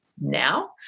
now